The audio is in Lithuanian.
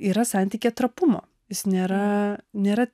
yra santykyje trapumo jis nėra nėra